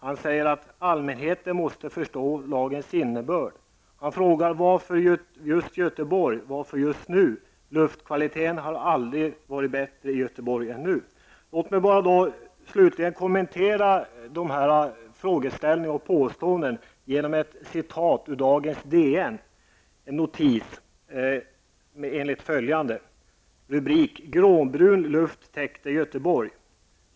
Han sade att allmänheten måste förstå lagens innebörd. Han frågade: Varför just Göteborg och varför just nu, när luftkvaliteten i Göteborg aldrig har varit bättre än nu? Låt mig kommentera dessa frågor och påståenden genom att citera en notis i dagens DN under rubriken Gråbrun luft täckte Göteborg.